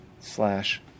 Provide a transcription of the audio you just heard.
slash